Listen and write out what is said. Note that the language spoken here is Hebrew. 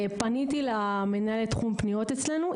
פניתי למנהלת תחום פניות אצלנו.